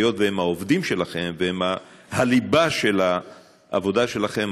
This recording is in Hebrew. היות שהם העובדים שלכם והם הליבה של העבודה שלכם,